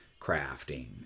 crafting